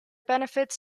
benefits